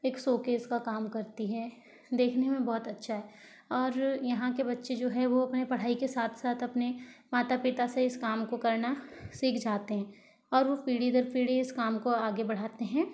एक शोकेस का काम करती है देखने में बहुत अच्छा है और यहाँ के बच्चे जो है वो अपनी पढ़ाई के साथ साथ अपने माता पिता से इस काम को करना सीख जाते हैं और वो पीढ़ी दर पीढ़ी इस काम को आगे बढ़ाते हैं